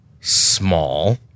small